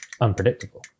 unpredictable